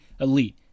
elite